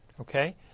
Okay